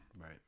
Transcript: Right